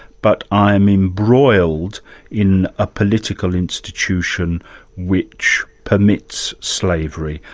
but i'm embroiled in a political institution which permits slavery,